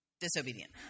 disobedient